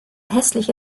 hässliche